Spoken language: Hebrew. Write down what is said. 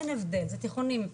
אין הבדל זה תיכונים,